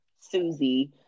susie